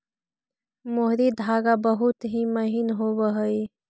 मोहरी धागा बहुत ही महीन होवऽ हई